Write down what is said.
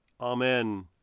Amen